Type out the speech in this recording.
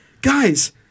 Guys